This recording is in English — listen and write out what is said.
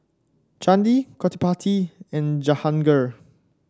Chandi Gottipati and Jahangir